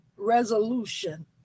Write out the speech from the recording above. resolution